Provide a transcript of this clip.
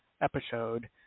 episode